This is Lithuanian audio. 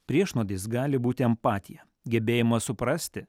priešnuodis gali būti empatija gebėjimas suprasti